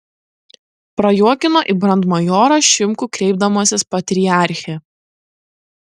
prajuokino į brandmajorą šimkų kreipdamasis patriarche